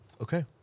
Okay